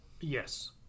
Yes